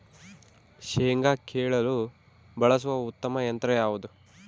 ಶೇಂಗಾ ಕೇಳಲು ಬಳಸುವ ಉತ್ತಮ ಯಂತ್ರ ಯಾವುದು?